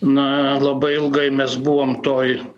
na labai ilgai mes buvom toj